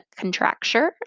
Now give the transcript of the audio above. contracture